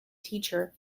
teacher